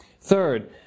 Third